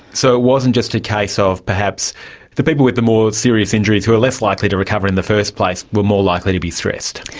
so it wasn't just a case of perhaps the people with the more serious injuries who were less likely to recover in the first place were more likely to be stressed?